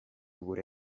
gure